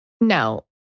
no